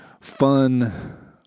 fun